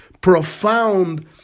profound